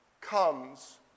comes